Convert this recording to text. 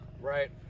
right